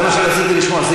זה מה שרציתי לשמוע,